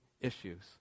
issues